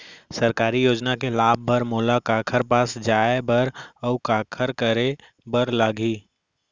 सरकारी योजना के लाभ बर मोला काखर पास जाए बर अऊ का का करे बर लागही?